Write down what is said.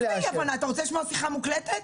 אתה רוצה לשמוע שיחה מוקלטת?